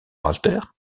walther